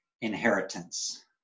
inheritance